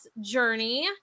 journey